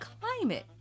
climate